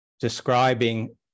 describing